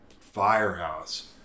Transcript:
firehouse